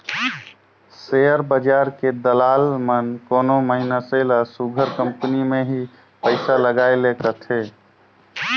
share बजार के दलाल मन कोनो मइनसे ल सुग्घर कंपनी में ही पइसा लगाए ले कहथें